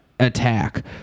attack